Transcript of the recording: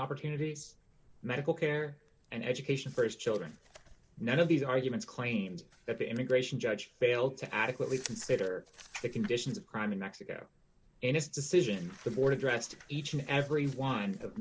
opportunities medical care and education st children none of these arguments claims that the immigration judge failed to adequately consider the conditions of crime in mexico in his decision the board addressed each and every one of